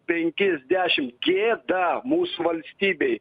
penkis dešim gėda mūsų valstybei